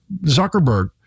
Zuckerberg